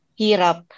hirap